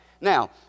now